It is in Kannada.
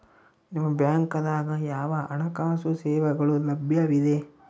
ನಿಮ ಬ್ಯಾಂಕ ದಾಗ ಯಾವ ಹಣಕಾಸು ಸೇವೆಗಳು ಲಭ್ಯವಿದೆ?